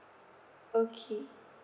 okay